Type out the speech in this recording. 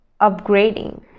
upgrading